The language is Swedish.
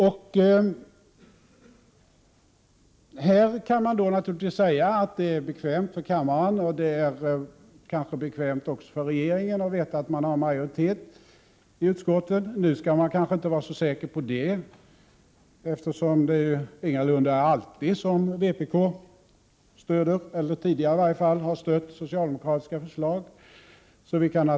Man kan naturligtvis säga att det är bekvämt för kammaren och att det kanske också är bekvämt för regeringen att veta att regeringen har majoritet för sina förslag i utskotten. Men man kan kanske inte vara så säker på det, eftersom vpk ingalunda alltid — i varje fall har det varit så tidigare — stöder socialdemokratiska förslag.